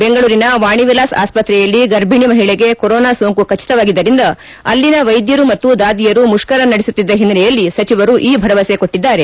ಬೆಂಗಳೂರಿನ ವಾಣಿ ವಿಲಾಸ್ ಆಸ್ಪತ್ರೆಯಲ್ಲಿ ಗರ್ಭಣಿ ಮಹಿಳಿಗೆ ಕೊರೊನಾ ಸೋಂಕು ಖಚತವಾಗಿದ್ದರಿಂದ ಅಲ್ಲಿನ ವೈದ್ಯರು ಮತ್ತು ದಾದಿಯರು ಮುಷ್ಕರ ನಡೆಸುತ್ತಿದ್ದ ಹಿನ್ನೆಲೆಯಲ್ಲಿ ಸಚಿವರು ಈ ಭರವಸೆ ಕೊಟ್ಟಿದ್ದಾರೆ